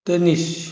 tennis